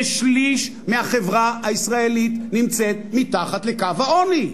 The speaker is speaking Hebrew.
ששליש מהחברה הישראלית נמצא מתחת לקו העוני.